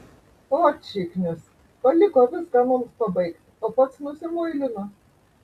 ot šiknius paliko viską mums pabaigt o pats nusimuilino